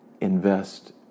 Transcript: invest